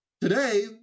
Today